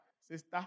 Sister